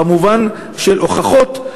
במובן של הוכחות,